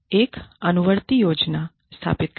एक अनुवर्ती योजना स्थापित करें